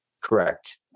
Correct